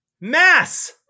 mass